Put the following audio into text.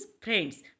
friends